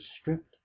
stripped